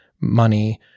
money